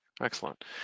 Excellent